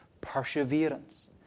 perseverance